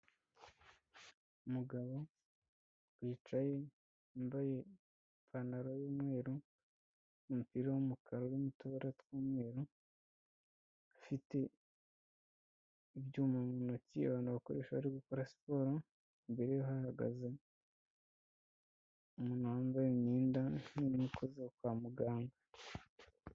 Umugabo wicaye wambaye ipantaro y'umweru n'umupira w'umukara urimo utubara tw'umweru, afite ibyuma mu ntoki abantu bakoresha bari gukora siporo. Imbere hahagaze umuntu wambaye imyenda nk'iyo umukozi kwa muganga.